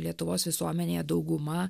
lietuvos visuomenėje dauguma